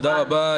תודה רבה,